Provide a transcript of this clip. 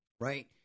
right